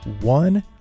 one